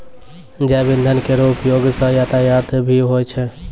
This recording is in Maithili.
जैव इंधन केरो उपयोग सँ यातायात म भी होय छै